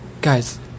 Guys